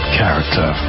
character